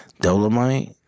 Dolomite